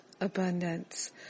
abundance